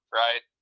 right